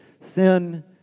sin